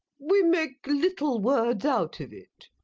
we make little words out of it.